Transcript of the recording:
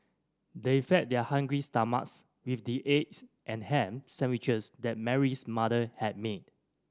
they fed their hungry stomachs with the eggs and ham sandwiches that Mary's mother had made